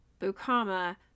Bukama